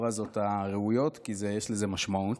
ובפרפרזות הראויות, כי יש לזה משמעות.